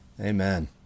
amen